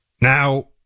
Now